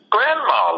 Grandma